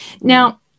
Now